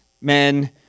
men